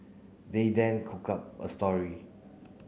they then cooked up a story